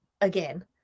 again